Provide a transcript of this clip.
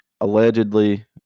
allegedly